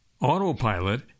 autopilot